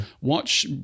watch